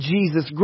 Jesus